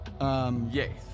Yay